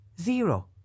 Zero